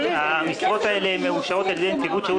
המשרות האלה מאושרות על-ידי נציבות שירות